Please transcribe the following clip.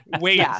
wait